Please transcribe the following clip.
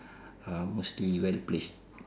are mostly well placed